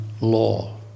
law